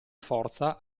forza